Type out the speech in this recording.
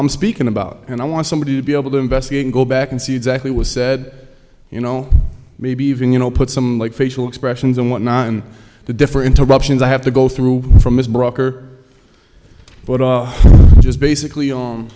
i'm speaking about and i want somebody to be able to investigate and go back and see exactly was said you know maybe even you know put some facial expressions and whatnot on the differ interruptions i have to go through broker but i just basically